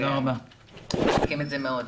אנחנו מעריכים את זה מאוד.